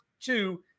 two